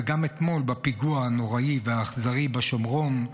וגם אתמול בפיגוע הנוראי והאכזרי בשומרון,